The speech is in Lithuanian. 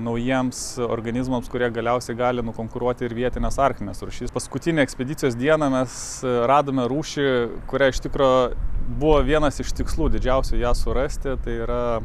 naujiems organizmams kurie galiausiai gali nukonkuruoti ir vietines arktines rūšis paskutinę ekspedicijos dieną mes radome rūšį kurią iš tikro buvo vienas iš tikslų didžiausių ją surasti tai yra